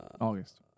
August